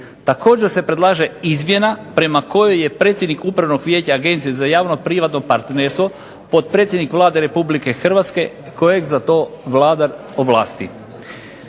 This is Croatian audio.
Također se predlaže izmjena prema kojoj je predsjednik upravnog vijeća Agencije za javno-privatno partnerstvo, potpredsjednik Vlade Republike Hrvatske, kojeg za to Vlada ovlasti.